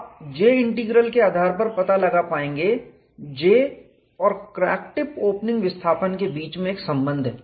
आप J integral के आधार पर पता लगा पाएंगे J और क्रैक टिप ओपनिंग विस्थापन के बीच एक संबंध है